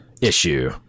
Issue